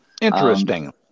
Interesting